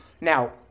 Now